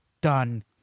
done